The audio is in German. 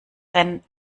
rennen